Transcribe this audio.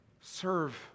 Serve